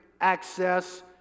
access